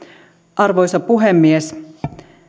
arvoisa puhemies